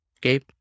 Gabe